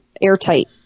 airtight